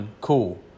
cool